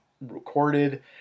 recorded